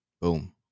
boom